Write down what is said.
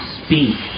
speak